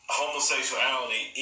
homosexuality